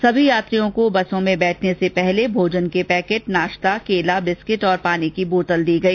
सभी यात्रियों को बसों में बैठने से पहले भोजन के पैकेट नाश्ता केला बिस्किट और पानी की बोतल दी गई